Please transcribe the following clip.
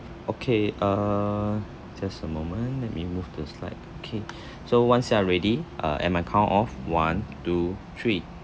okay uh just a moment let me move the slide okay so once you are ready ah and my count of one two three